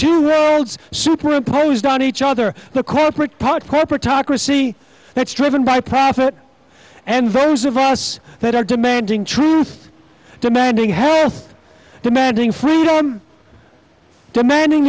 two girls superimposed on each other the corporate part corporatocracy that's driven by profit and those of us that are demanding truth demanding health demanding freedom demanding